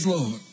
Lord